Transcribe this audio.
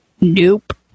Nope